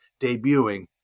debuting